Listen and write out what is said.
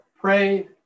pray